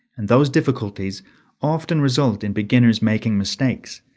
and those difficulties often result in beginners making mistakes,